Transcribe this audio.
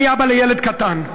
אני אבא לילד קטן.